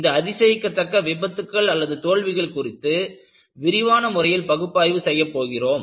இந்த அதிசயிக்கத்தக்க விபத்துக்கள் தோல்விகள் குறித்து விரிவான முறையில் பகுப்பாய்வு செய்யப் போகிறோம்